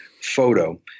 photo